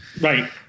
right